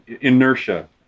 Inertia